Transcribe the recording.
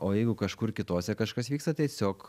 o jeigu kažkur kitose kažkas vyksta tai tiesiog